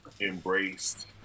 embraced